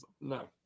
No